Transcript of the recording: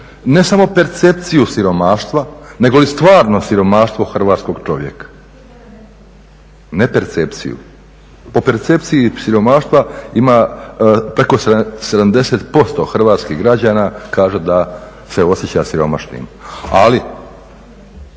ne samo percepciju siromaštva negoli stvarno siromaštvo hrvatskog čovjeka. Ne percepciju. Po percepciji siromaštva ima preko 70% hrvatskih građana kaže da se osjeća siromašnim, ali